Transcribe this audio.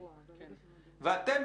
ואתם,